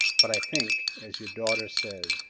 but i think, as your daughter says,